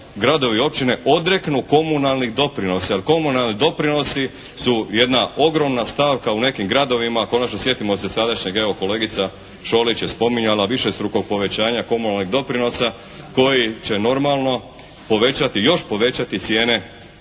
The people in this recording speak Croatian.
gradovi i općine odreknu komunalnih doprinosa jer komunalni doprinosi su jedna ogromna stavka u nekim gradovima. Konačno, sjetimo se sadašnjeg, evo kolegica Šolić je spominjala, višestrukog povećanja komunalnih doprinosa koji će normalno još povećati ionako